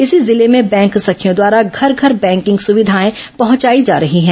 इसी जिले में बैंक सखियों द्वारा घर घर बैंकिंग सुविधाएं पहुंचाई जा रही है